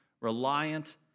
reliant